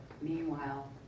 Meanwhile